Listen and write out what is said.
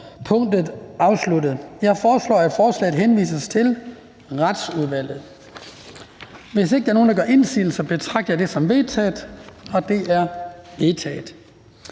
punktet afsluttet. Jeg foreslår, at forslaget til folketingsbeslutning henvises til Retsudvalget. Hvis ikke der er nogen, der gør indsigelse, betragter jeg det som vedtaget. Det er vedtaget.